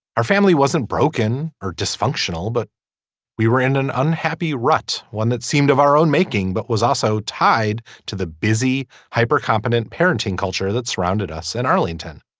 our family wasn't broken or dysfunctional but we were in an unhappy rut one that seemed of our own making but was also tied to the busy hyper competent parenting culture that surrounded us in and arlington